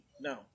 No